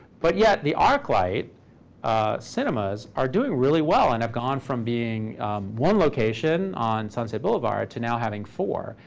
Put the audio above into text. but yet the arclight ah cinemas are doing really well and have gone from being one location on sunset boulevard to now having four,